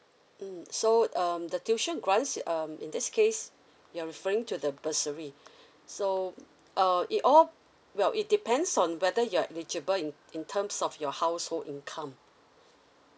mm so um the tuition grants um in this case you're referring to the bursary so uh it all well it depends on whether you're eligible in in terms of your household income